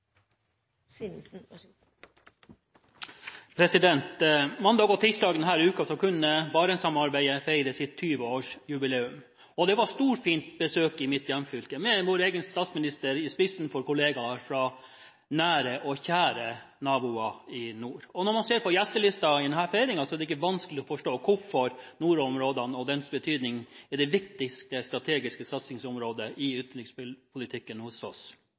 kunne Barentssamarbeidet feire sitt 20-årsjubileum. Det var storfint besøk i mitt hjemfylke, med vår egen statsminister i spissen – med kolleger fra nære og kjære naboer i nord. Når man ser gjestelisten i denne feiringen, er det ikke vanskelig å forstå hvorfor nordområdene og deres betydning er det viktigste strategiske satsingsområdet i utenrikspolitikken